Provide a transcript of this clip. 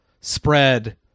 spread